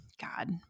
God